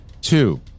Two